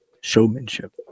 Showmanship